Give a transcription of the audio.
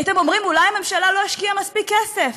הייתם אומרים, אולי הממשלה לא השקיעה מספיק כסף,